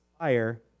higher